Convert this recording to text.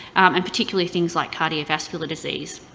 and particularly things like cardiovascular disease.